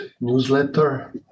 newsletter